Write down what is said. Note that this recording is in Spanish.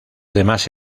demás